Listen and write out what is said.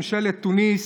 ממשלת תוניסיה,